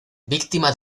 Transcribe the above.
víctima